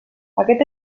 aquest